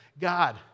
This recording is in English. God